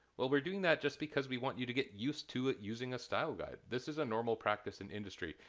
well, we're doing that just because we want you to get used to using a style guide. this is a normal practice in industry!